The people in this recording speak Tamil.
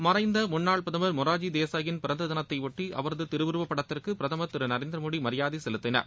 மறைந்த முன்னாள் பிரதமர் மொராஜி தேசாயின் பிறந்த தினத்தையொட்டி அவரது திருவுருவ படத்திற்கு பிரதமர் திரு நரேந்திர மோடி மரியாதை செலுத்தினார்